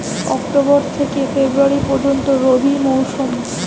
October থেকে February পর্যন্ত রবি মৌসুম